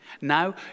Now